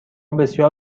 بسیار